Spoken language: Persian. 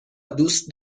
دوست